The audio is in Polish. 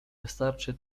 wystarczy